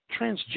transgender